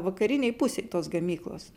vakarinėj pusėj tos gamyklos